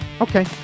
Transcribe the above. Okay